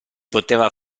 poteva